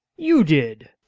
you did.